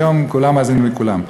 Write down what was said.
היום כולם מאזינים לכולם.